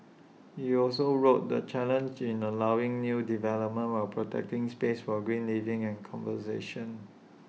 he also wrote the challenge in allowing new development while protecting space for green living and conversation